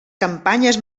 campanyes